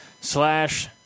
slash